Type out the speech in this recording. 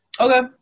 Okay